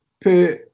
put